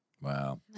Wow